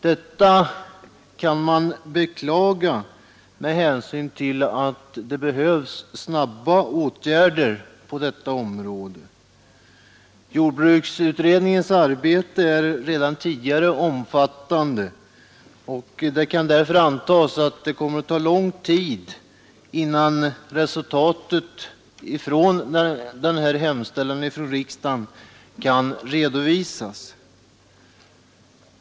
Detta kan man beklaga med hänsyn till att det behövs snabba åtgärder på det området. Jordbruksutredningens arbete är redan tidigare omfattande och det kan därför antas ta lång tid innan resultatet av denna hemställan från riksdagen kan redovisas.